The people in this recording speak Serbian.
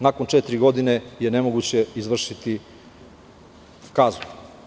Nakon četiri godine je nemoguće izvršiti kaznu.